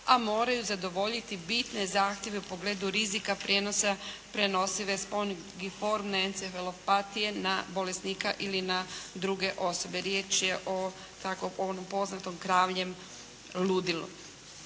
a moraju zadovoljiti bitne zahtjeve u pogledu rizika, prijenosa, prenosive sponigiformne encefalopatije na bolesnika ili na druge osobe. Riječ je o tako, o onom poznatom «kravljem ludilu».